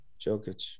Jokic